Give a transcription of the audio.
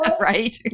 Right